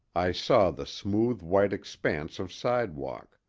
i saw the smooth white expanse of sidewalk,